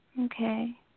Okay